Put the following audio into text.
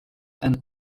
and